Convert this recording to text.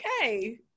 okay